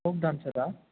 folk டான்ஸரா